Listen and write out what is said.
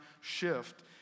shift